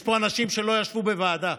יש פה אנשים שלא ישבו בְוועדה,